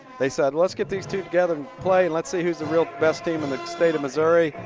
they said let's get these two together to play and let's see who's the real best team in the state of missouri.